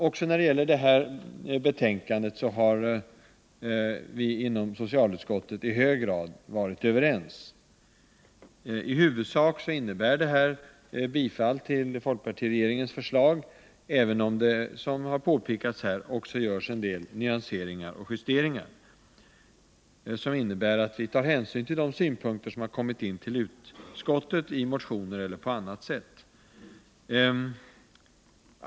Också när det gäller det här betänkandet har vi inom socialutskottet i hög grad varit överens. I huvudsak innebär det ett bifall till folkpartiregeringens förslag, även om det, som redan har påpekats, också görs en del nyanseringar och justeringar, som innebär att vi tar hänsyn till de synpunkter som har kommit in till utskottet i motioner eller på annat sätt.